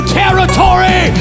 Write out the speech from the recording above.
territory